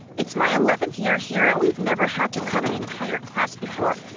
it's my eleventh year here and we've never had to cut an entire class before.